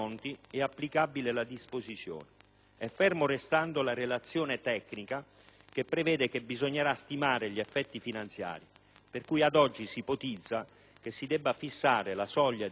e ferma restando la relazione tecnica che prevede che bisognerà stimare gli effetti finanziari. Per cui, ad oggi si ipotizza che si debba fissare la soglia ad un importo pari a 200.000 euro: